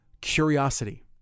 curiosity